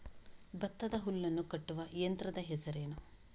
ಭತ್ತದ ಹುಲ್ಲನ್ನು ಕಟ್ಟುವ ಯಂತ್ರದ ಹೆಸರೇನು?